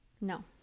No